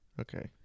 Okay